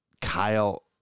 Kyle